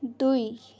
दुई